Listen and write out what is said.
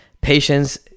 patience